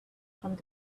from